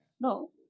No